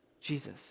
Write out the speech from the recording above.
Jesus